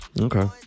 Okay